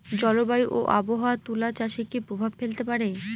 জলবায়ু ও আবহাওয়া তুলা চাষে কি প্রভাব ফেলতে পারে?